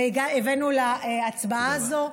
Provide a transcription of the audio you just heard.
והבאנו להצבעה הזאת.